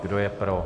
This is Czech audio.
Kdo je pro?